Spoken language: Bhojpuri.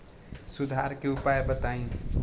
सुधार के उपाय बताई?